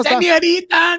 Señorita